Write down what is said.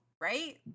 right